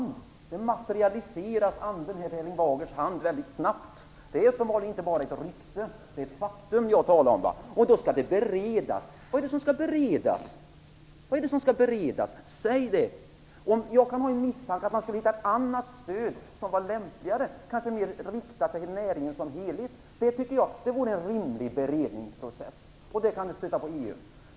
Det materialiseras väldigt snabbt här i Erling Bagers hand. Det är uppenbarligen inte bara ett rykte utan ett faktum som jag talar om, och ändå talas det om att det skall beredas. Säg vad det är som skall beredas! Man kanske ville hitta ett annat stöd som var lämpligare och kanske mer riktat till näringen som helhet. Det vore i så fall en rimlig beredningsprocess.